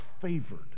favored